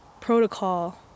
protocol